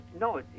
No